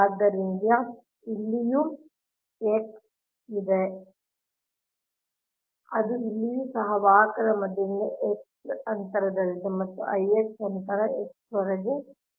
ಆದ್ದರಿಂದ ಇಲ್ಲಿಯೂ x ಇದೆ ಅದು ಇಲ್ಲಿಯೂ ಸಹ ವಾಹಕದ ಮಧ್ಯದಿಂದ x ಅಂತರದಲ್ಲಿದೆ ಮತ್ತು Ix ಅಂತರ x ವರೆಗೆ ಸುತ್ತುವರಿದ ಕರೆಂಟ್ಗೆ ಸಮಾನವಾಗಿರುತ್ತದೆ